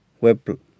web